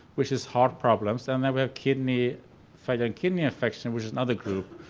which is heart problems and then we have kidney failure and kidney infection which is another group.